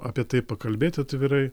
apie tai pakalbėt atvirai